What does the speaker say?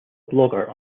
blogger